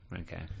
Okay